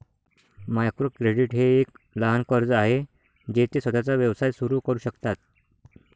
micro credit हे एक लहान कर्ज आहे जे ते स्वतःचा व्यवसाय सुरू करू शकतात